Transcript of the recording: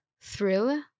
thrill